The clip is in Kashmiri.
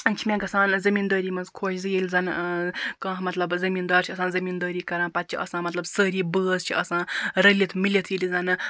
چھُ مےٚ گژھان زمیٖن دٲری مَنٛز خۄش زِ ییٚلہِ زَن کانٛہہ مَطلَب زمیٖن دار چھ آسان زمیٖن دٲری کَران پَتہٕ چھ آسان مَطلَب سٲری بٲژ چھِ آسان رٔلِتھ میٖلِتھ ییٚلہِ زَن